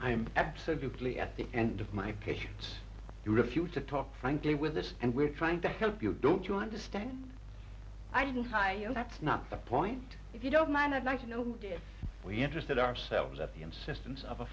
i'm absolutely at the end of my patients you refuse to talk frankly with this and we're trying to help you don't you understand i didn't hire you that's not the point if you don't mind i'd like to know who did we interested ourselves at the insiste